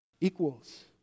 equals